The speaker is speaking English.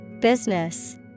Business